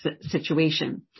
situation